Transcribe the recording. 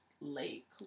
lake